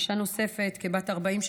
אישה נוספת כבת 40,